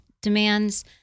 demands